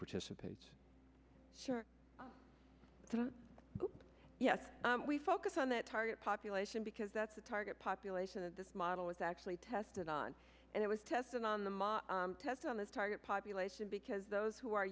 participates sure yes we focus on that target population because that's the target population of this model was actually tested on and it was tested on the test on the target population because those who are